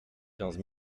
quinze